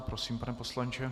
Prosím, pane poslanče.